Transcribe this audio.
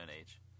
Age